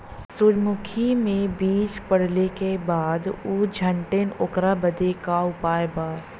सुरजमुखी मे बीज पड़ले के बाद ऊ झंडेन ओकरा बदे का उपाय बा?